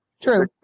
True